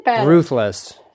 ruthless